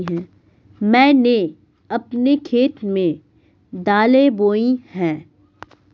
मैंने अपने खेत में दालें बोई हैं